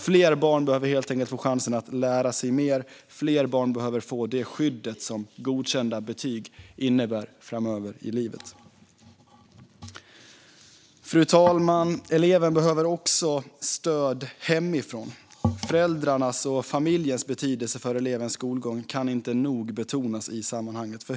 Fler barn behöver helt enkelt få chansen att lära sig mer. Fler barn behöver få det skydd som godkända betyg innebär framöver i livet. Fru talman! Eleven behöver också stöd hemifrån. Föräldrarnas och familjens betydelse för elevens skolgång kan inte nog betonas i sammanhanget.